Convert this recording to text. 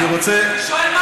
אני שואל,